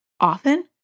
often